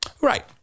Right